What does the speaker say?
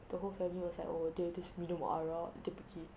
the whole family was like oh dia dia minum arak dia pergi